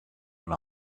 went